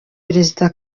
perezida